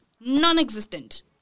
Non-existent